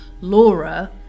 Laura